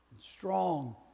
Strong